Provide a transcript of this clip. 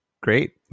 great